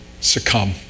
succumb